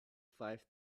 five